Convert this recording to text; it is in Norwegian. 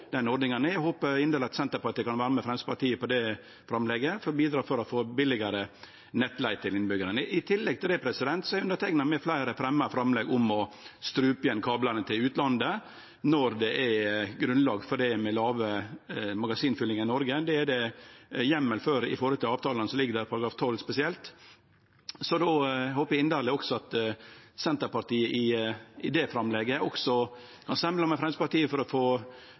ordninga ned. Eg håpar inderleg at Senterpartiet kan vere med Framstegspartiet på det framlegget og bidra til å få billigare nettleige til innbyggjarane. I tillegg til det har underteikna med fleire fremja framlegg om å strupe igjen kablane til utlandet når det er grunnlag for det, med låge magasinfyllingar i Noreg. Det er det heimel for i dei avtalane som ligg der, § 12 spesielt. Så då håpar eg inderleg at også Senterpartiet kan stemme i lag med Framstegspartiet for å få ned eksporten, og såleis få